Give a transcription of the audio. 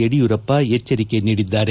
ಯಡಿಯೂರಪ್ಪ ಎಚ್ಚರಿಕೆ ನೀಡಿದ್ದಾರೆ